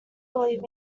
believe